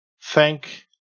thank